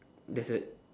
there's a